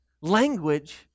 language